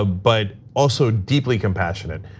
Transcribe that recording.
ah but also, deeply compassionate,